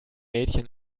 mädchen